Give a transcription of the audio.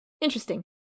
Interesting